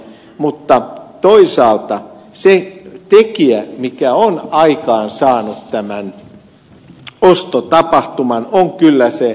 mutta toisaalta se tekijä mikä on aikaansaanut tämän ostotapahtuman on kyllä se ed